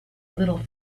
little